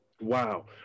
Wow